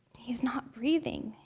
he's not breathing.